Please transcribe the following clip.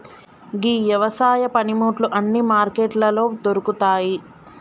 గీ యవసాయ పనిముట్లు అన్నీ మార్కెట్లలో దొరుకుతాయి